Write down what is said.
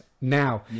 now